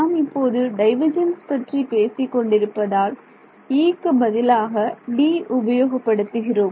நாம் இப்போது டைவர்ஜென்ஸ் பற்றி பேசிக் கொண்டிருப்பதால் Eக்கு பதிலாக D உபயோகப்படுத்துகிறோம்